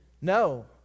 No